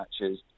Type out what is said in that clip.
matches